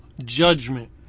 judgment